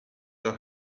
our